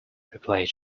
replied